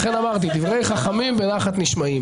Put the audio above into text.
לכן אמרתי: דברי חכמים בנחת נשמעים.